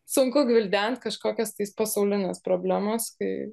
sunku gvildent kažkokias pasaulines problemas kai